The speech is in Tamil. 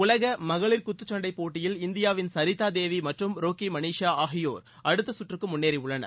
உலக மகளிர் குத்துச்சண்டை போட்டியில் இந்தியாவின் சரிதா தேவி மற்றும் ரோக்கி மனிஷா ஆகியோர் அடுத்துச்சுற்றுக்கு முன்னேறியுள்ளனர்